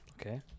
Okay